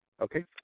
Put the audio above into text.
Okay